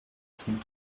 cent